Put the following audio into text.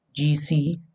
GC